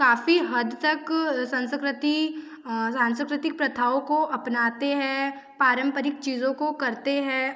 काफ़ी हद्द तक संस्कृति सांस्कृतिक प्रथाओं को अपनाते हैं पारंपरिक चीज़ों को करते हैं